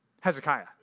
Hezekiah